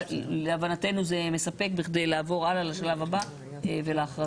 להבנתנו זה מספק בכדי לעבור הלאה לשלב הבא ולהכרזה.